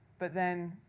but then,